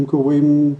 הם קורים.